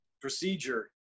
procedure